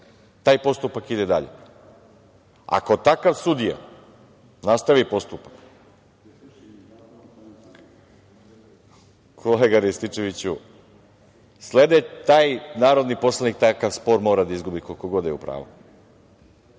taj postupak ide dalje. Ako takav sudija nastavi postupak, kolega Rističeviću sledi, taj narodni poslanik takav spor mora da izgubi koliko god je u pravu.